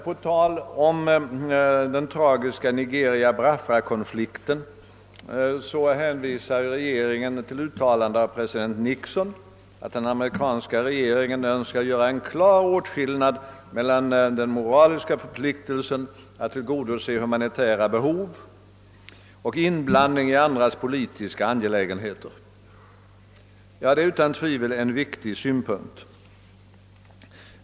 På tal om den tragiska Nigeria—Biafra-konflikten hänvisar regeringen till uttalandet av president Nixon om att den amerikanska regeringen önskar göra en klar åtskillnad mellan den moraliska förpliktelsen att tillgodose humanitära behov och inblandning i andras inre politiska angelägenheter. Det är utan tvivel en viktig synpunkt.